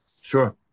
Sure